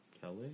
Kelly